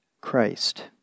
Christ